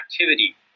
activity